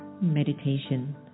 Meditation